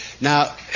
Now